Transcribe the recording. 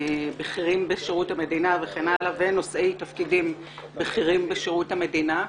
בכירים בשירות המדינה ונושאי תפקידים בכירים בשירות המדינה.